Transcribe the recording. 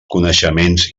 coneixements